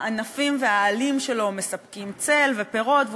הענפים והעלים שלו מספקים צל ופירות,